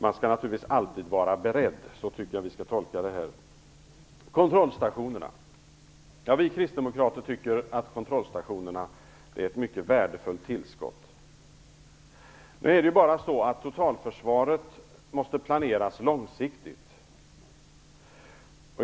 Man skall naturligtvis alltid vara beredd - så tycker jag att vi skall tolka det här. Vi kristdemokrater tycker att kontrollstationerna är ett mycket värdefullt tillskott. Det är bara så att totalförsvaret måste planeras långsiktigt.